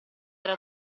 era